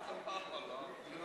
גדעון